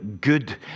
good